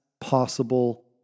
possible